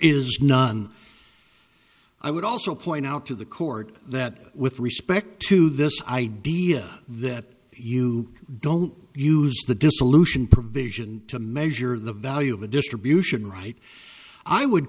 is none i would also point out to the court that with respect to this idea that you don't use the dissolution provision to measure the value of a distribution right i would